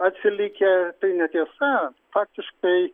atsilikę tai netiesa faktiškai